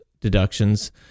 deductions